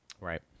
Right